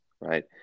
right